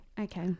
Okay